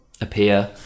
appear